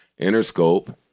Interscope